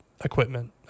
equipment